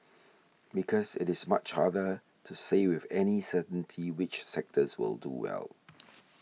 because it is much harder to say with any certainty which sectors will do well